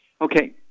Okay